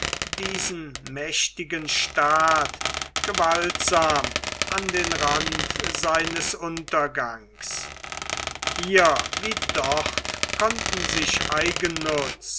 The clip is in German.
diesen mächtigen staat gewaltsam an den rand seines untergangs hier wie dort konnten sich